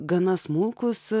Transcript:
gana smulkūs